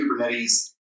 Kubernetes